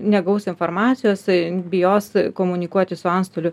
negaus informacijos bijos komunikuoti su antstoliu